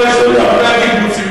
זה את ההשקפה שלך לגבי הקיבוצים.